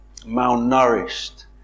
malnourished